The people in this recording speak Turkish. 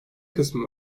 kısmı